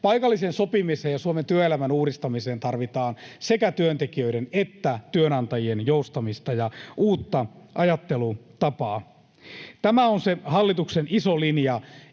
Paikalliseen sopimiseen ja Suomen työelämän uudistamiseen tarvitaan sekä työntekijöiden että työnantajien joustamista ja uutta ajattelutapaa. Tämä on se hallituksen iso linja.